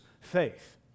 faith